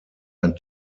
ein